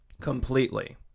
completely